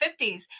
50s